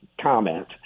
comment